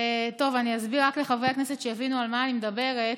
אני אסביר לחברי הכנסת, שיבינו על מה אני מדברת.